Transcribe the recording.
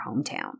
hometown